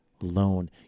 loan